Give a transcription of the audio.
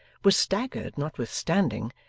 was staggered, notwithstanding,